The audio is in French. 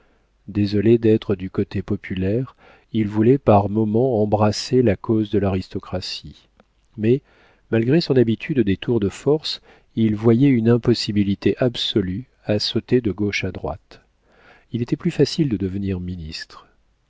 désolé d'être du côté populaire il voulait par moments embrasser la cause de l'aristocratie mais malgré son habitude des tours de force il voyait une impossibilité absolue à sauter de gauche à droite il était plus facile de devenir ministre